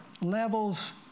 levels